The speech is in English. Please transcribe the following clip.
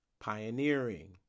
pioneering